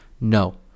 No